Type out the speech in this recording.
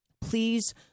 Please